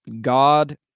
God